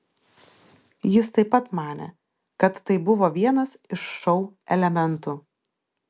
jis taip pat manė kad tai buvo vienas iš šou elementų